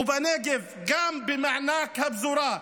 ובנגב גם במענק הפזורה,